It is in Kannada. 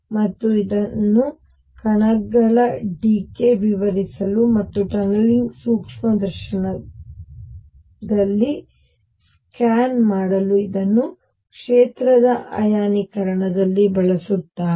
ಮತ್ತು ಇದನ್ನು ಕಣಗಳ ಡಿಕೇ ವಿವರಿಸಲು ಮತ್ತು ಟನಲಿಂಗ್ ಸೂಕ್ಷ್ಮದರ್ಶಕದಲ್ಲಿ ಸ್ಕ್ಯಾನ್ ಮಾಡಲು ಇದನ್ನು ಕ್ಷೇತ್ರದ ಅಯಾನೀಕರಣದಲ್ಲಿ ಬಳಸುತ್ತಾರೆ